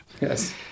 Yes